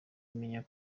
imenya